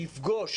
שיפגוש,